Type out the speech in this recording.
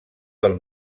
del